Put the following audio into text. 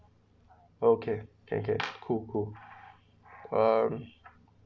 okay can can cool cool um